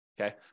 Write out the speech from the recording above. okay